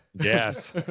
Yes